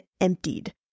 emptied